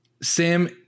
Sam